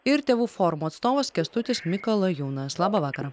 ir tėvų forumo atstovas kęstutis mikalajūnas labą vakarą